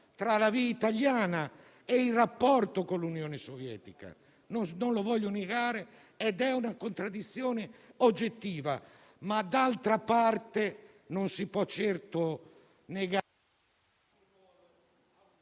tra la via italiana e il rapporto con l'Unione Sovietica. Non lo voglio negare ed è una contraddizione oggettiva, ma d'altra parte non si può certo negare...